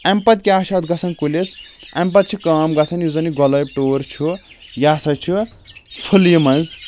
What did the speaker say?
امہِ پَتہٕ کیاہ چھُ اتھ گژھان کُلِس اَمہِ پَتہٕ چھِ کٲم گژھان یُس زَن یہِ گۄلٲبۍ ٹوٗر چھُ یہِ ہسا چھُ پھٕلیہِ منٛز